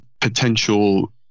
potential